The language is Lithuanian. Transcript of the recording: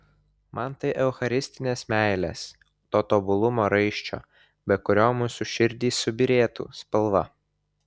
man tai eucharistinės meilės to tobulumo raiščio be kurio mūsų širdys subyrėtų spalva